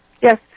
yes